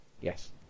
Yes